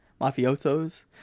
mafiosos